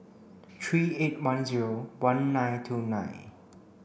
three eight one zero one nine two nine